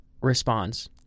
responds